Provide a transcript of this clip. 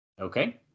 okay